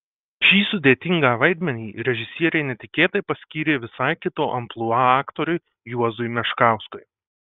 šį sudėtingą vaidmenį režisierė netikėtai paskyrė visai kito amplua aktoriui juozui meškauskui